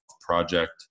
Project